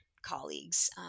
colleagues